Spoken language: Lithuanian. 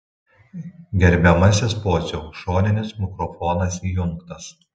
gerbiamasis pociau šoninis mikrofonas įjungtas